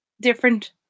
different